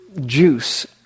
juice